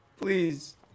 Please